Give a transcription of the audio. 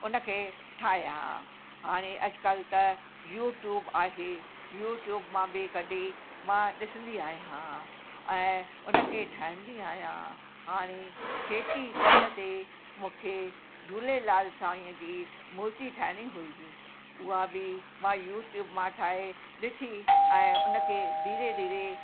उन खे ठाहियां हाणे अॼुकल्ह त यूट्यूब आहे यूट्यूब मां बि कढी मां ॾिसंदी आहियां ऐं उन खे ठाहींदी आहियां हाणे चेटीचंड जे मूंखे झूलेलाल साईंअ जी मूर्ति ठाहिणी हुई उहा बि मां यूट्यूब मां ठाहे ॾिठी ऐं उन खे धीरे धीरे